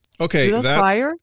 okay